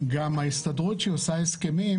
גם ההסתדרות, כשהיא עושה הסכמים,